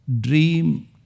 dream